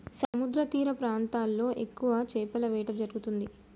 సముద్రతీర ప్రాంతాల్లో ఎక్కువ చేపల వేట జరుగుతుంది